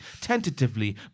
tentatively